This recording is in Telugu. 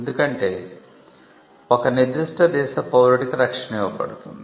ఎందుకంటే ఒక నిర్దిష్ట దేశ పౌరుడికి రక్షణ ఇవ్వబడుతుంది